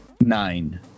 nine